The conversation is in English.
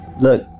Look